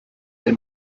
del